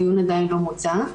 הדיון עדיין לא מוצה.